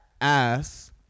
ass